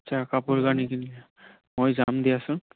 আচ্ছা কাপোৰ কানি কিনিছা মই যাম দিয়াচোন